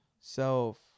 self